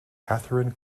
catherine